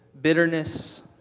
bitterness